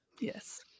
yes